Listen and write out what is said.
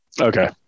Okay